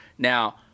Now